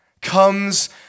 comes